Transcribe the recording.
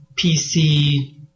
PC